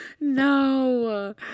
No